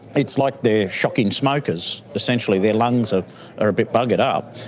it's like they're shocking smokers, essentially their lungs ah are a bit buggered up.